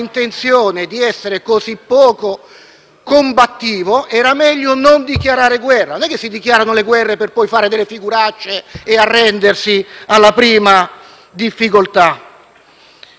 il problema è che